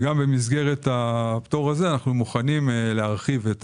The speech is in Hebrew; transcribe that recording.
גם במסגרת הפטור הזה אנו מוכנים להרחיב את